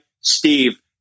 Steve